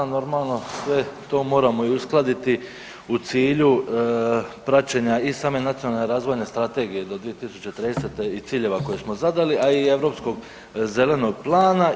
Normalno sve to moramo i uskladiti u cilju praćenja i same nacionalne razvojne strategije do 2030. i ciljeva koje smo zadali, a i Europskog zelenog plana.